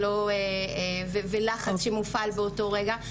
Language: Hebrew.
או לחץ שמופעל באותו רגע,